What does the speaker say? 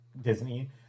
Disney